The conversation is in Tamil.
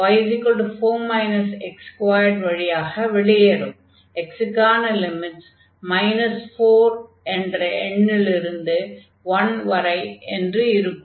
x க்கான லிமிட்ஸ் 4 என்ற எண்ணிலிருந்து 1 வரை என்று இருக்கும்